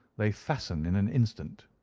they fasten in an instant.